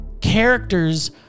characters